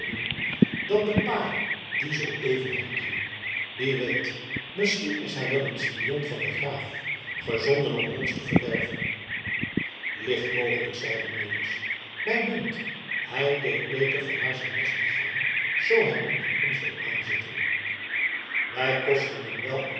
dan de paai die zoo even heenging wie weet misschien is hij wel een spion van den graaf gezonden om ons te verderven licht mogelijk zeide melis mij dunkt hij deed beter van naar zijn nest te gaan zoo hij niet met ons wil aanzitten wij kosten hem wel eens